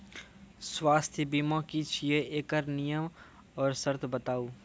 स्वास्थ्य बीमा की छियै? एकरऽ नियम आर सर्त बताऊ?